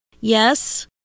Yes